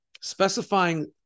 specifying